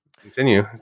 continue